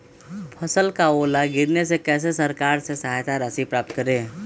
फसल का ओला गिरने से कैसे सरकार से सहायता राशि प्राप्त करें?